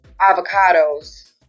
Avocados